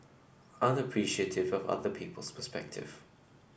aren't appreciative of other people's perspective